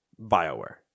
Bioware